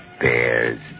bears